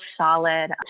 solid